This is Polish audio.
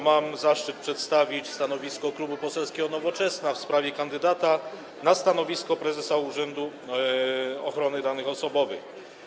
Mam zaszczyt przedstawić stanowisko Klubu Poselskiego Nowoczesna w sprawie kandydata na stanowisko prezesa Urzędu Ochrony Danych Osobowych.